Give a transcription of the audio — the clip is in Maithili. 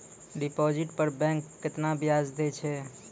डिपॉजिट पर बैंक केतना ब्याज दै छै?